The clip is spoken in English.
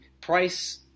price